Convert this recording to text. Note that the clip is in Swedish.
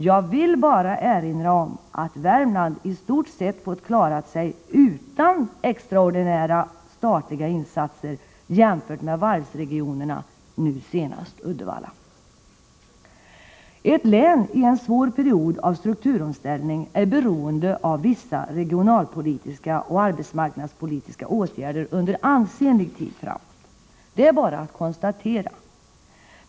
Jag vill bara erinra om att Värmland i stort sett fått klara sig utan extraordinära statliga insatser jämfört med varvsregionerna, nu senast Uddevalla. Ett län i en svår period av strukturomställning är beroende av vissa regionalpolitiska och arbetsmarknadspolitiska åtgärder under ansenlig tid framåt. Det är bara att konstatera.